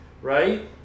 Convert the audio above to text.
Right